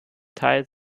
teil